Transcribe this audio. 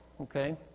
Okay